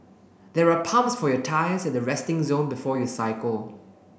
there are pumps for your tyres at the resting zone before you cycle